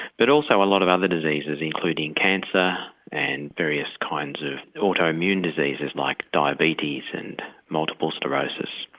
but also a lot of other diseases, including cancer and various kinds of auto-immune diseases like diabetes and multiple sclerosis.